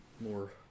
more